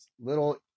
little